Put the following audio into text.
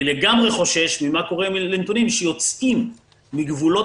אני לגמרי חושש ממה שקורה לנתונים שיוצאים מגבולות